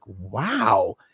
wow